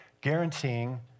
guaranteeing